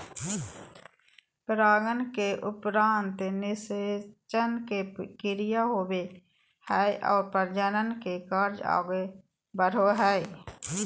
परागन के उपरान्त निषेचन के क्रिया होवो हइ और प्रजनन के कार्य आगे बढ़ो हइ